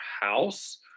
house